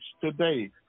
today